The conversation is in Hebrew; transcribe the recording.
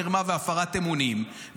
מרמה והפרת אמונים,